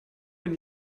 wenn